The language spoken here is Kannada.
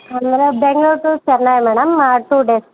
ಹಂಗಾರೆ Bengaluru to Chennai madam two days